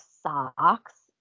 socks